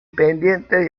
pendientes